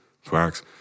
facts